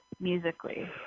Musically